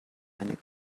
eine